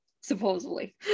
supposedly